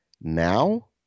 now